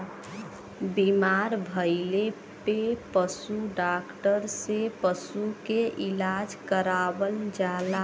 बीमार भइले पे पशु डॉक्टर से पशु के इलाज करावल जाला